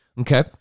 Okay